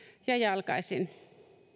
ja jalkaisin